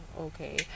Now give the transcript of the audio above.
Okay